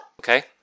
Okay